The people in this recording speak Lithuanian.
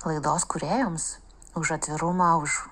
laidos kūrėjams už atvirumą už